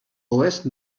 oest